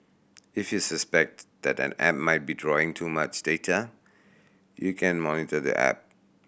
if you suspect that an app might be drawing too much data you can monitor the app